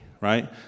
Right